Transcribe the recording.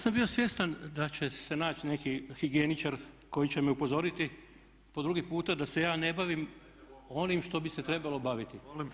Pa ja sam bio svjestan da će se naći neki higijeničar koji će me upozoriti po drugi puta da se ja ne bavim onim što bi se trebalo baviti.